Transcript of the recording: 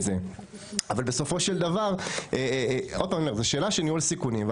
זה אבל בסופו של דבר זה שאלה של ניהול סיכונים.